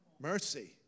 Mercy